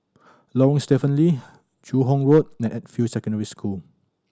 Lorong Stephen Lee Joo Hong Road and Edgefield Secondary School